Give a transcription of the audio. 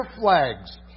flags